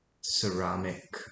ceramic